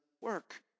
work